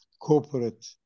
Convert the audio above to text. corporate